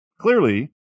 Clearly